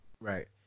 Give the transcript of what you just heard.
Right